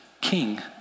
king